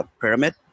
pyramid